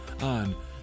on